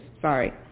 Sorry